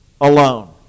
alone